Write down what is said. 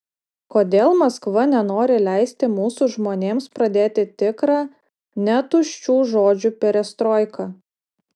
kodėl maskva nenori leisti mūsų žmonėms pradėti tikrą ne tuščių žodžių perestroiką